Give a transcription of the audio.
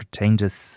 Changes